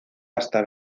hasta